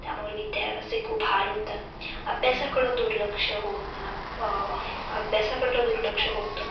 त्यामुळे विध्यार्थ्याचे खूप हाल होतं अभ्यासाकडं दुर्लक्ष होत ना अभ्यासाकडं दुर्लक्ष होतं